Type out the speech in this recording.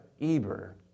Eber